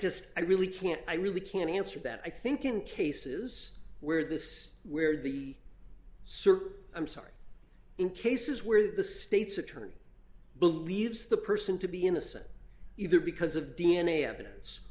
just i really can't i really can't answer that i think in cases where this where the search i'm sorry in cases where the state's attorney believes the person to be innocent either because of d n a evidence